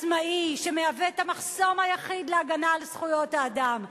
עצמאי שמהווה את המחסום היחיד להגנה על זכויות האדם.